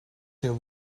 till